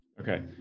Okay